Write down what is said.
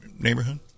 neighborhood